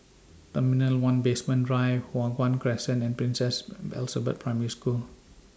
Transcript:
Terminal one Basement Drive Hua Guan Crescent and Princess Elizabeth Primary School